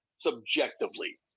subjectively